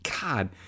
God